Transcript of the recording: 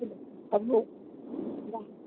হ'ব